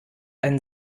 ein